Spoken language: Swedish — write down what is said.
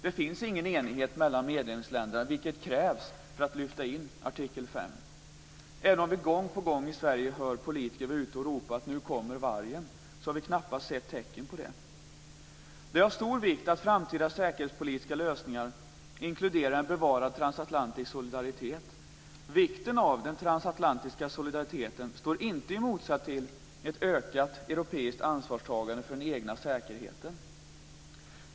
Det finns ingen enighet mellan medlemsländerna, vilket krävs för att lyfta in artikel 5. Även om vi gång på gång i Sverige hör politiker vara ute och ropa att nu kommer vargen har vi knappast sett några tecken på detta. Det är av stor vikt att framtida säkerhetspolitiska lösningar inkluderar bevarad transatlantisk solidaritet. Vikten av den transatlantiska solidariteten står inte i motsatsställning till ett ökat europeiskt ansvarstagande för den egna säkerheten.